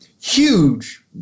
Huge